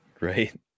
Right